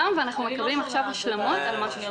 ואנחנו מקבלים עכשיו השלמות על ---.